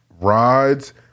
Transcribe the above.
rods